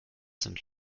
sind